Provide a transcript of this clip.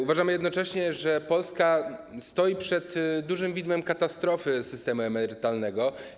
Uważamy jednocześnie, że Polska stoi przed dużym widmem katastrofy systemu emerytalnego.